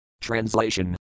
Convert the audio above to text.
Translation